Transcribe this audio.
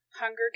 Hunger